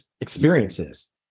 experiences